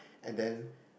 and then